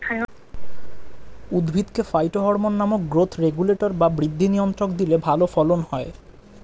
উদ্ভিদকে ফাইটোহরমোন নামক growth regulator বা বৃদ্ধি নিয়ন্ত্রক দিলে ভালো ফলন হয়